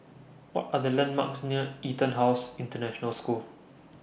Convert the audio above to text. What Are The landmarks near Etonhouse International School